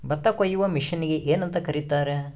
ಭತ್ತ ಕೊಯ್ಯುವ ಮಿಷನ್ನಿಗೆ ಏನಂತ ಕರೆಯುತ್ತಾರೆ?